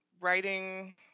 writing